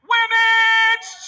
Women's